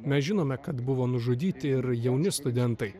mes žinome kad buvo nužudyti ir jauni studentai